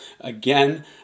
again